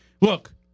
Look